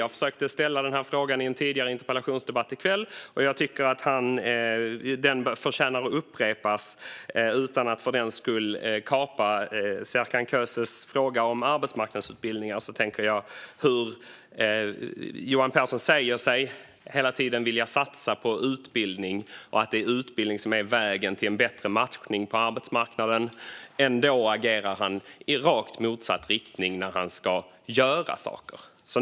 Jag försökte ställa denna fråga i en tidigare interpellationsdebatt i kväll, och jag tycker att den förtjänar att upprepas utan att för den skull kapa Serkan Köses fråga om arbetsmarknadsutbildningar. Johan Pehrson säger sig hela tiden vilja satsa på utbildning och säger att utbildning är vägen till en bättre matchning på arbetsmarknaden. Ändå agerar han i rakt motsatt riktning när han ska göra saker.